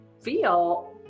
feel